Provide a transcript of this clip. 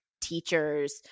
teachers –